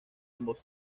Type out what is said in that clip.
ambos